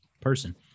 person